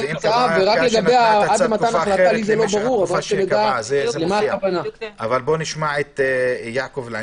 אבל נשמע את יעקב.